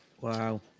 Wow